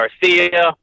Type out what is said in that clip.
Garcia